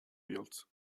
built